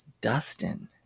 Dustin